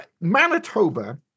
Manitoba